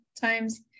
times